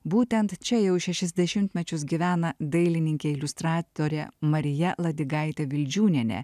būtent čia jau šešis dešimtmečius gyvena dailininkė iliustratorė marija ladigaitėvildžiūnienė